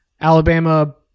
Alabama